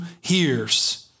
hears